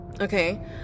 Okay